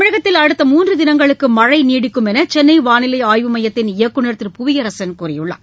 தமிழகத்தில் அடுத்த மூன்று தினங்களுக்கு மழை நீடிக்கும் என்று சென்னை வாளிலை அய்வு மையத்தின் இயக்குநர் திரு புவியரசன் கூறியுள்ளார்